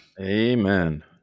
Amen